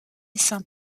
saint